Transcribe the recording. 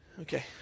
Okay